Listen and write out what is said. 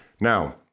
Now